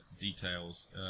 details